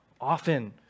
Often